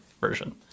version